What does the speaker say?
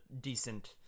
decent